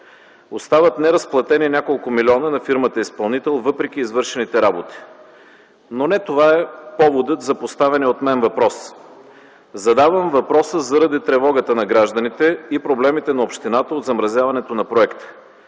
Остават неразплатени няколко милиона на фирмата-изпълнител въпреки извършените работи. Но не това е поводът за поставения от мен въпрос. Задавам въпроса заради тревогата на гражданите и проблемите на общината от замразяването на проекта.